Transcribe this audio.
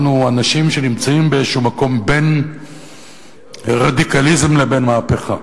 אנחנו אנשים שנמצאים באיזה מקום בין רדיקליזם לבין מהפכה.